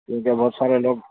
کیوں کہ بہت سارے لوگ